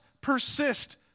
persist